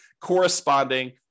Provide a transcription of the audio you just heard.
corresponding